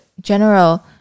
general